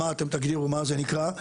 מה אתם תגדירו מה זה נקרא,